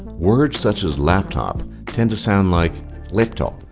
words such as laptop tend to sound like laptop.